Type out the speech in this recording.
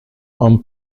homme